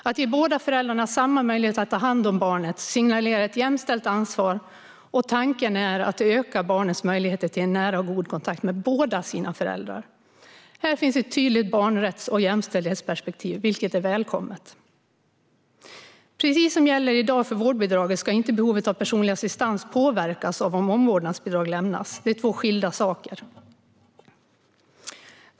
Att ge båda föräldrarna samma möjlighet att ta hand om barnet signalerar ett jämställt ansvar, och tanken är att det ökar barnets möjligheter till en nära och god kontakt med båda sina föräldrar. Här finns ett tydligt barnrätts och jämställdhetsperspektiv, vilket är välkommet. Precis som för vårdbidraget i dag ska inte behovet av personlig assistans påverkas av om omvårdnadsbidrag lämnas. Det är två skilda saker.